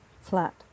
flat